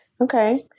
Okay